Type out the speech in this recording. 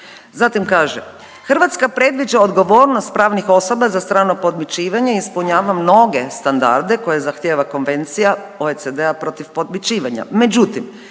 Zatim kaže: